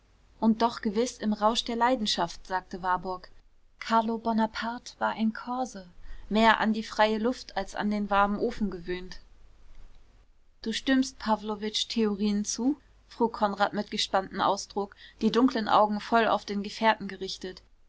und doch gewiß im rausch der leidenschaft sagte warburg carlo bonaparte war ein korse mehr an die freie luft als an den warmen ofen gewöhnt du stimmst pawlowitsch theorien zu frug konrad mit gespanntem ausdruck die dunklen augen voll auf den gefährten gerichtet